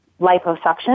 Liposuction